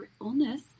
illness